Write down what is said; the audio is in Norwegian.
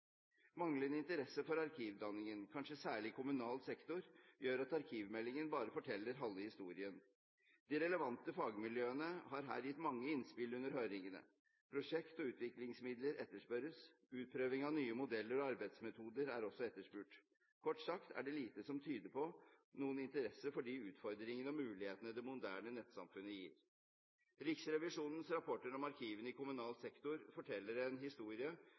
Manglende interesse for arkivdanningen, kanskje særlig i kommunal sektor, gjør at arkivmeldingen bare forteller halve historien. De relevante fagmiljøene har her gitt mange innspill under høringene. Prosjekt og utviklingsmidler etterspørres, utprøving av nye modeller og arbeidsmetoder er også etterspurt – kort sagt er det lite som tyder på noen interesse for de utfordringene og mulighetene det moderne nettsamfunnet gir. Riksrevisjonens rapporter om arkivene i kommunal sektor forteller en historie